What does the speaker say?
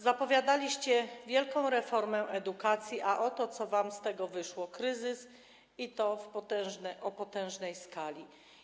Zapowiadaliście wielką reformę edukacji, a oto co wam z tego wyszło: kryzys i to o potężnej skali.